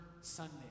Sunday